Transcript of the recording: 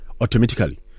automatically